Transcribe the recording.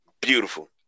Beautiful